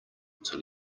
till